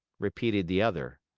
repeated the other.